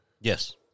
Yes